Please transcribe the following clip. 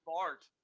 Bart